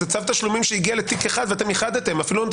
זה צו תשלומים שהגיע לתיק אחד ואתם איחדתם,